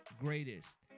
greatest